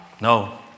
No